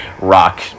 rock